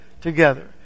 together